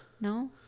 No